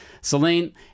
Celine